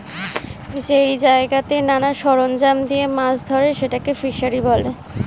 যেই জায়গাতে নানা সরঞ্জাম দিয়ে মাছ ধরে সেটাকে ফিসারী বলে